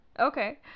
Okay